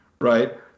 right